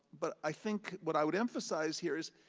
but i think what i would emphasize here is,